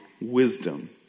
wisdom